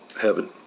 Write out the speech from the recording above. heaven